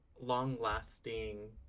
long-lasting